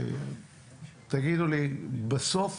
בסוף